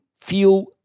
feel